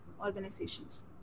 organizations